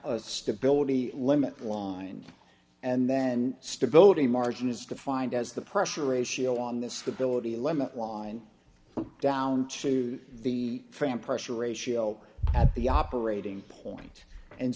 a stability limit line and then stability margin is defined as the pressure ratio on the stability limit line down to the fram pressure ratio at the operating point and